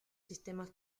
sistemas